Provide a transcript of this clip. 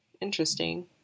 interesting